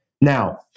Now